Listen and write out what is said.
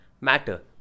matter